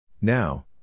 Now